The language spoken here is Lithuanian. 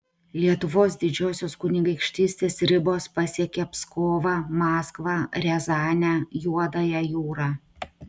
lietuvos didžiosios kunigaikštystės ribos pasiekė pskovą maskvą riazanę juodąją jūrą